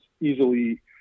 easily